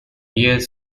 years